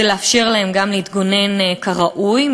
כדי לאפשר לו גם להתגונן כראוי,